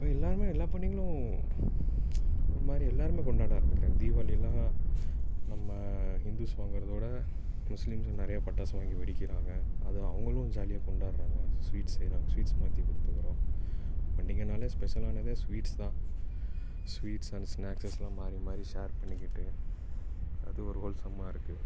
இப்போ எல்லோருமே எல்லாப் பண்டிகைகளும் ஒரு மாதிரி எல்லோருமே கொண்டாட ஆரம்பிக்கிறாங்க தீபாவளில்லாம் நம்ம ஹிந்துஸ் வாங்குகிறத விட முஸ்லீம்ஸும் நிறைய பட்டாசு வாங்கி வெடிக்கிறாங்க அது அவங்களும் ஜாலியாக கொண்டாடுறாங்க ஸ்வீட்ஸ் எதுனால் ஸ்வீட்ஸ் மாற்றிக் கொடுத்துக்கிறோம் பண்டிகைனாலே ஸ்பெஷலானதே ஸ்வீட்ஸ் தான் ஸ்வீட்ஸ் அண்ட் ஸ்நாக்ஸஸ்லாம் மாறி மாறி ஷேர் பண்ணிக்கிட்டு அது ஒரு ஹோல்சம்மாக இருக்குது